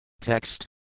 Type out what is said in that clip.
Text